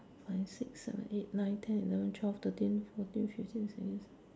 five six seven eight nine ten eleven twelve thirteen fourteen fifteen sixteen seventeen